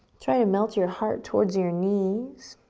try and melt your heart towards your knees,